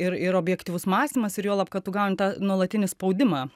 ir ir objektyvus mąstymas ir juolab kad gauni tą nuolatinį spaudimą